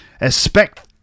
Expect